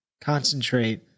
concentrate